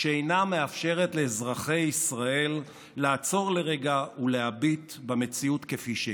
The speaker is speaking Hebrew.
שאינה מאפשרת לאזרחי ישראל לעצור לרגע ולהביט במציאות כפי שהיא.